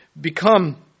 become